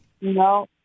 no